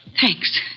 Thanks